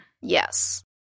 Yes